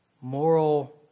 moral